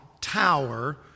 tower